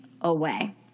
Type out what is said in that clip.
away